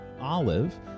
Olive